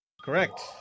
Correct